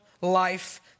life